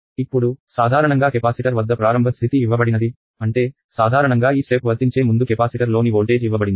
ఇప్పుడు సాధారణంగా కెపాసిటర్ వద్ద ప్రారంభ స్ధితి ఇవ్వబడినది అంటే సాధారణంగా ఈ స్టెప్ వర్తించే ముందు కెపాసిటర్లోని వోల్టేజ్ ఇవ్వబడింది